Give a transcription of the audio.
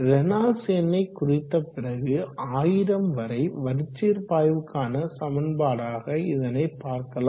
Reynolds எண்ணை குறித்தபிறகு 1000 வரை வரிச்சீர்பாய்வுக்கான சமன்பாடாக இதனை பார்க்கலாம்